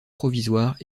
provisoire